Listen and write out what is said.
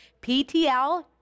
PTL